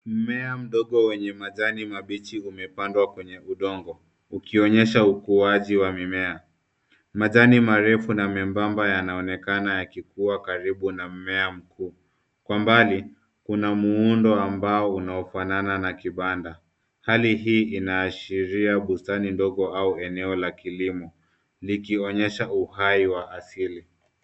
Mmea mdogo wenye majani mabichi umepandwa kwenye udongo ukionyesha ukuaji wa mimea. Majani marefu na membamba yanaonekana yakikua karibu na mmea mkuu. Kwa mbali kuna muundo ambao unaofanana na kibanda. Hali hii inaashiria bustani ndogo au eneo la kilimo likionyesha uhai wa asili.